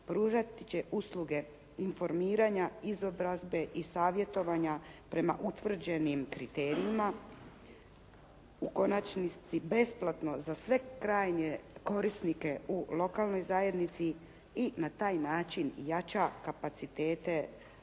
pružati će usluge informiranja, izobrazbe i savjetovanja prema utvrđenim kriterijima, u konačnici besplatno za sve krajnje korisnike u lokalnoj zajednici i na taj način jača kapacitete, ukupne